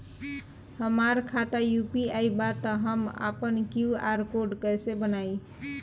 हमार खाता यू.पी.आई बा त हम आपन क्यू.आर कोड कैसे बनाई?